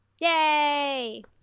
Yay